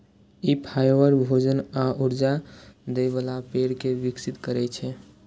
ई fibre, भोजन आ ऊर्जा दै बला पेड़ कें विकसित करै छै